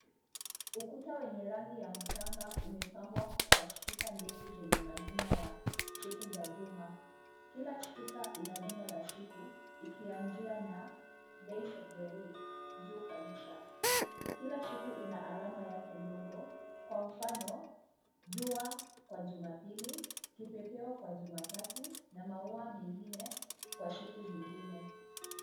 Ukuta wenye rangi ya mchanga umepambwa kwa stika ndefu zenye majina ya siku za juma. Kila stika ina jina la siku, ikianzia na days of the week , juu kabisa. Kila siku ina alama yake ndogo, kwa mfano jua kwa Jumapili, kipepeo kwa Jumatatu na maua mengine kwa siku zingine.